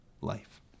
life